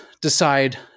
decide